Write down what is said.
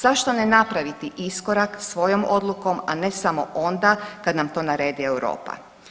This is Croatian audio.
Zašto ne napraviti iskorak svojom odlukom, a ne samo onda kad nam to naredi Europa.